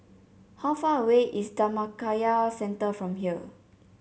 how far away is Dhammakaya Centre from here